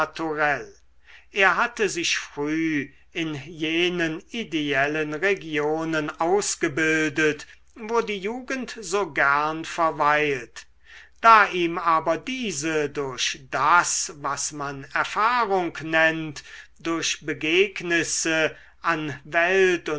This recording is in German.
er hatte sich früh in jenen ideellen regionen ausgebildet wo die jugend so gern verweilt da ihm aber diese durch das was man erfahrung nennt durch begegnisse an welt